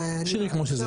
גם